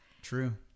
True